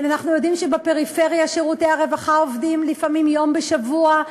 אנחנו יודעים שבפריפריה שירותי הרווחה עובדים לפעמים יום בשבוע,